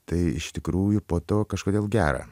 tai iš tikrųjų po to kažkodėl gera